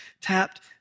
tapped